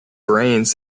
brains